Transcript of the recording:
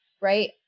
right